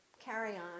carry-on